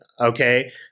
okay